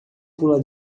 pula